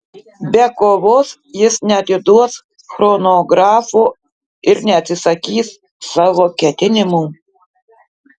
be kovos jis neatiduos chronografo ir neatsisakys savo ketinimų